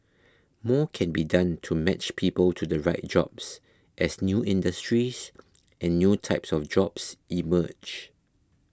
more can be done to match people to the right jobs as new industries and new types of jobs emerge